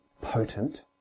potent